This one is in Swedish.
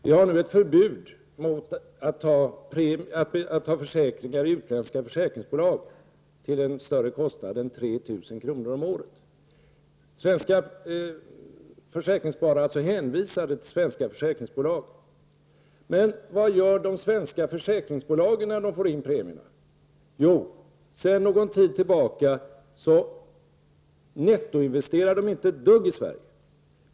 Vi har nu ett förbud mot att ta försäkringar i utländska försäkringsbolag till en större kostnad än 3 000 kr. om året. Svenska försäkringssparare är alltså hänvisade till svenska försäkringsbolag. Men vad gör de svenska försäkringsbolagen när de får in premierna? Jo, sedan någon tid tillbaka nettoinvesterar de inte ett dugg i Sverige.